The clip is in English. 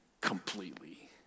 completely